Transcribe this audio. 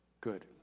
Good